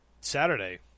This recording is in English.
Saturday